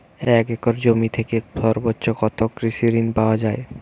এক একর জমি থেকে সর্বোচ্চ কত কৃষিঋণ পাওয়া য়ায়?